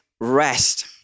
rest